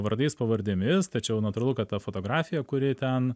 vardais pavardėmis tačiau natūralu kad ta fotografija kuri ten